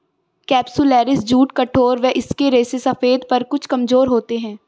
capsularis jute कठोर व इसके रेशे सफेद पर कुछ कमजोर होते हैं